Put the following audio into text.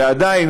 ועדיין,